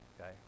Okay